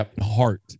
heart